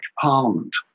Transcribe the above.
Parliament